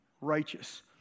righteous